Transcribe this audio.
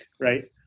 right